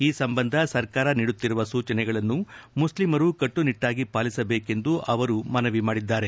ಈ ಸಂಬಂಧ ಸರ್ಕಾರ ನೀಡುತ್ತಿರುವ ಸೂಚನೆಗಳನ್ನು ಮುಸ್ಲಿಂರು ಕಟ್ಟುನಿಟ್ಲಾಗಿ ಪಾಲಿಸಬೇಕೆಂದು ಅವರು ಮನವಿ ಮಾಡಿದ್ದಾರೆ